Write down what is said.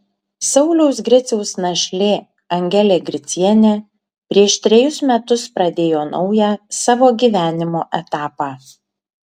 sauliaus griciaus našlė angelė gricienė prieš trejus metus pradėjo naują savo gyvenimo etapą